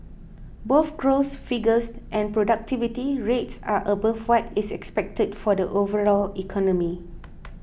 both growth figures and productivity rates are above what is expected for the overall economy